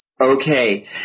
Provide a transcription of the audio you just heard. okay